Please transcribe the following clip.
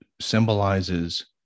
symbolizes